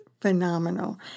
phenomenal